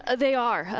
ah they are.